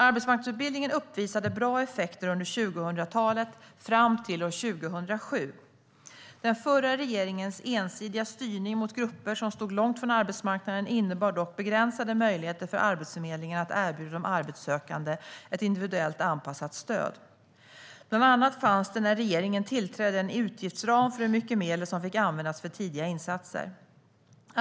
Arbetsmarknadsutbildningen uppvisade bra effekter under 2000-talet fram till 2007. Den förra regeringens ensidiga styrning mot grupper som stod långt från arbetsmarknaden innebar dock begränsade möjligheter för Arbetsförmedlingen att erbjuda de arbetssökande ett individuellt anpassat stöd. Bland annat fanns det när regeringen tillträdde en utgiftsram för hur mycket medel som fick användas för tidiga insatser.